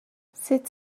sut